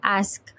ask